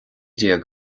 déag